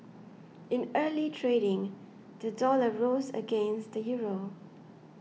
in early trading the dollar rose against the Euro